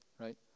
right